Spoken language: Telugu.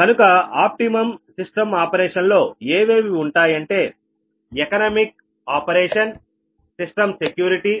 కనుక ఆప్టిమమ్ సిస్టం ఆపరేషన్లో ఏవేవి ఉంటాయంటే ఎకనామిక్ ఆపరేషన్ సిస్టం సెక్యూరిటీ